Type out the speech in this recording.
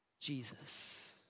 Jesus